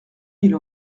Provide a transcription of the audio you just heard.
mille